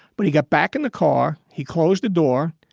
but he got back in the car. he closed the door.